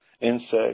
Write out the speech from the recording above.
insects